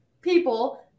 people